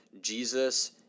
Jesus